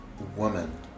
woman